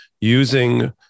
using